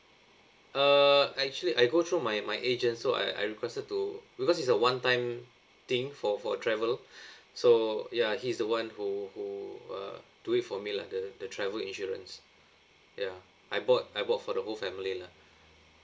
uh actually I go through my my agent so I I requested to because it's a one time thing for for travel so ya he's the one who who uh do it for me lah the the travel insurance ya I bought I bought for the whole family lah